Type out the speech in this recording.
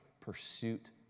pursuit